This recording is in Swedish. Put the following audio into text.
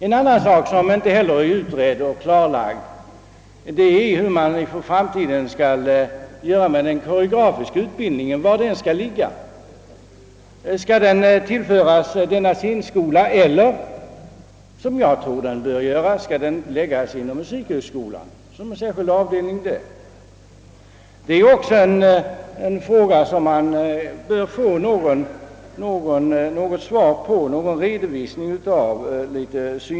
En annan sak som inte utretts är var den koreografiska utbildningen i framtiden skall ligga. Skall den tillföras scenskolan eller — som jag tror är riktigt — läggas inom musikhögskolan, som en särskild avdelning? Vi behöver få en redovisning av detta.